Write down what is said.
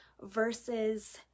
versus